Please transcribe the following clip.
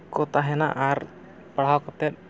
ᱠᱚ ᱛᱟᱦᱮᱱᱟ ᱟᱨ ᱯᱟᱲᱦᱟᱣ ᱠᱟᱛᱮᱫ